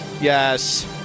Yes